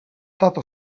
tato